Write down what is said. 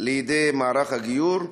לידי מערך הגיור,